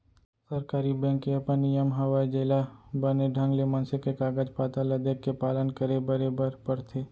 सरकारी बेंक के अपन नियम हवय जेला बने ढंग ले मनसे के कागज पातर ल देखके पालन करे बरे बर परथे